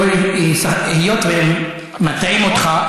היות שהם מטעים אותך,